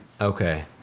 Okay